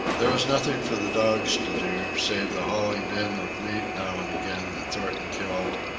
there was nothing for the dogs to do, save the hauling in of meat now and again that thornton killed,